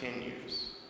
continues